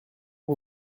que